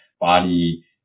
body